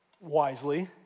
Wisely